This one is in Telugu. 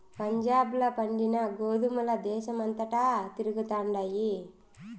పంజాబ్ ల పండిన గోధుమల దేశమంతటా తిరుగుతండాయి